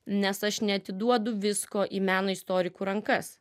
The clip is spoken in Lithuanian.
nes aš neatiduodu visko į meno istorikų rankas